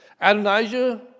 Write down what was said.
Adonijah